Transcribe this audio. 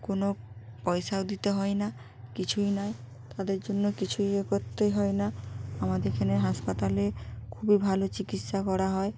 কোনো পয়সাও দিতে হয় না কিছুই নয় তাদের জন্য কিছু ইয়ে করতেই হয় না আমাদের এখানের হাসপাতালে খুবই ভালো চিকিৎসা করা হয়